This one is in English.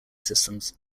systems